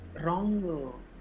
wrong